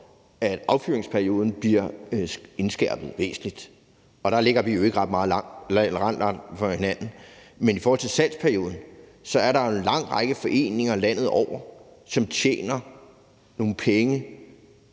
at affyringsperioden bliver indskrænket væsentligt, og der ligger vi jo ikke ret langt fra hinanden. Men i forhold til salgsperioden er der en lang række foreninger landet over, som tjener nogle penge